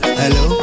hello